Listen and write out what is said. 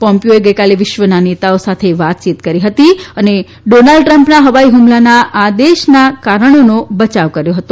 પોમ્પીઓએ ગઇકાલે વિશ્વના નેતાઓ સાથે વાતચીત કરી અને ડોનાલ્ડ ટ્રમ્પના ફવાઇ ફમલાના આદેશના કારણોનો બયાવ કર્યો હતો